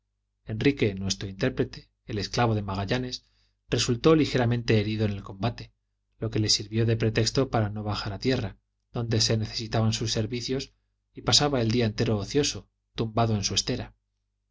nuestro intérprete el esclavo de magallanes resultó ligeramente herido en el combate lo que le sirvió de pretexto para no bajar a tierra donde se necesitaban sus servicios y pasaba el día entero ocioso tumbado en su estera